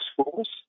schools